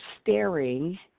staring